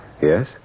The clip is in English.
Yes